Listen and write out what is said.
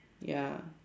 ya